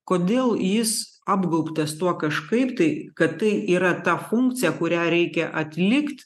kodėl jis apgaubtas tuo kažkaip tai kad tai yra ta funkcija kurią reikia atlikt